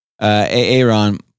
Aaron